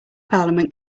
parliament